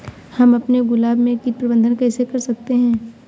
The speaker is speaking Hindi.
हम अपने गुलाब में कीट प्रबंधन कैसे कर सकते है?